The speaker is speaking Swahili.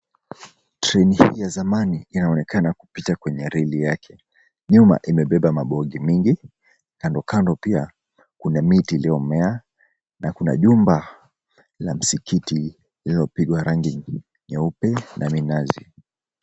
Treni hii ya zamani inaonekana kupita kwenye reli yake. Nyuma imebeba mabogi mingi, kandokando pia kuna miti iliomea na kuna jumba la msikiti liliopigwa rangi nyeupe na minazi.